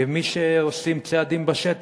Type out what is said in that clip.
כמי שעושים צעדים בשטח,